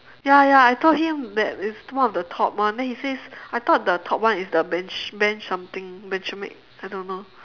ya ya I told him that it's one of the top one then he says I thought the top one is the benj~ benj~ something benjamin I don't know